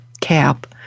cap